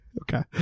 Okay